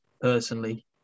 personally